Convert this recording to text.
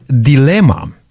Dilemma